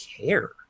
care